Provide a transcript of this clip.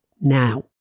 now